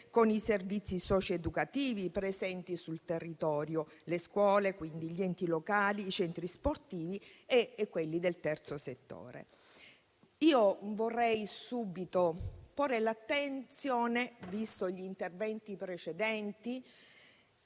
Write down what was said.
con i servizi socio-educativi presenti sul territorio: le scuole, gli enti locali, i centri sportivi e quelli del terzo settore. Vorrei subito porre l'attenzione, visti gli interventi precedenti,